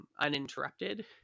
uninterrupted